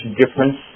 difference